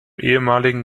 ehemaligen